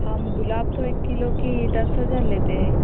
हम गुलाब तो एक किलो की दस हज़ार लेते हैं